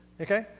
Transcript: Okay